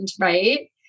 right